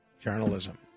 journalism